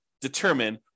determine